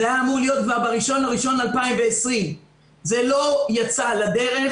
זה היה אמור להיות כבר ב-1 בינואר 2020. זה לא יצא לדרך.